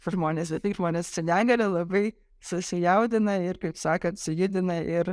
pas žmones ir taip žmonės su negalia labai susijaudina ir kaip sakant sujudina ir